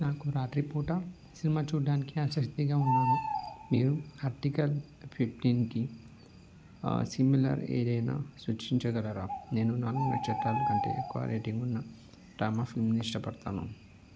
నాకు రాత్రి పూట సినిమా చూడానికి అసక్తి గా ఉన్నాను మీరు ఆర్టికల్ ఫిఫ్టీన్కి సిమిలర్ ఏదైనా సూచించగలరా నేను నాలుగు నక్షత్రాలు కంటే ఎక్కువ రేటింగ్ ఉన్న డ్రామా ఫిలింని ఇష్టపడతాను